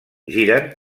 giren